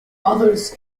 others